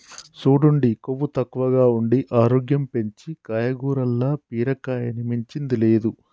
సూడండి కొవ్వు తక్కువగా ఉండి ఆరోగ్యం పెంచీ కాయగూరల్ల బీరకాయని మించింది లేదు